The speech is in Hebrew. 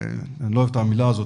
אני לא אוהב את המילה הזו,